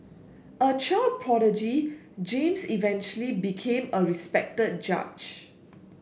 a child prodigy James eventually became a respected judge